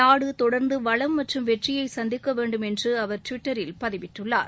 நாடு தொடர்ந்து வளம் மற்றும் வெற்றியை சந்திக்க வேண்டும் என்று அவர் டுவிட்டரில் பதிவிட்டுள்ளார்